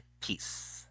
peace